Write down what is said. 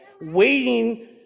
waiting